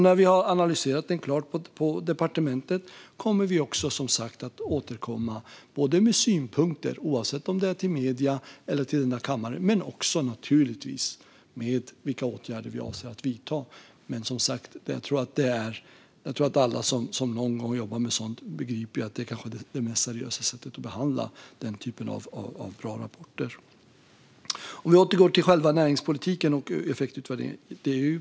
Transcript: När vi har analyserat rapporten färdigt på departementet kommer vi också att återkomma med synpunkter, både till medierna och till kammaren, och med vilka åtgärder vi avser att vidta. Jag tror att alla som någon gång har jobbat med sådant begriper att detta är det mest seriösa sättet att behandla denna typ av rapporter. Låt oss återgå till själva näringspolitiken och effektutvärderingen.